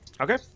Okay